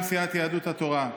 ומשה גפני מטעם סיעת יהדות התורה.